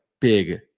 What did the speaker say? big